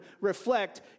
reflect